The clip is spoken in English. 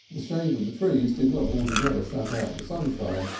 the shade of the trees did not altogether shut out the sunshine,